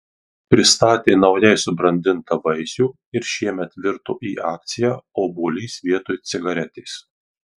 pristatė naujai subrandintą vaisių ir šiemet virto į akciją obuolys vietoj cigaretės